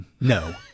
No